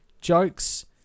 jokes